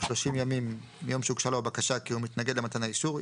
30 ימים מיום שהוגשה לו הבקשה כי הוא מתנגד למתן האישור,